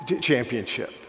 Championship